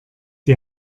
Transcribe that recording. die